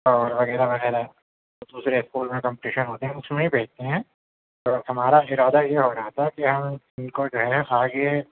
اور وغیرہ وغیرہ دوسرے اسکول میں کمپٹیشن ہوتے ہیں اس میں بھی بھیجتے ہیں تو ہمارا ارادہ یہ ہو رہا تھا کہ ہم ان کو جو ہے آگے